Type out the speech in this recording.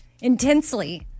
intensely